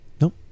Nope